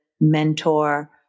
mentor